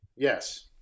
Yes